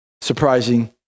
surprising